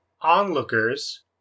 onlookers